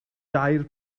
dair